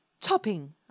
Topping